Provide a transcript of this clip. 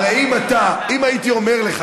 הרי אם הייתי אומר לך,